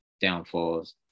downfalls